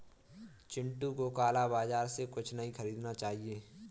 चिंटू को काला बाजार से कुछ नहीं खरीदना चाहिए